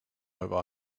have